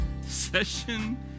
session